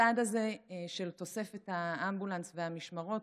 הצעד הזה של תוספת האמבולנס והמשמרות